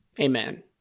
amen